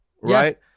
right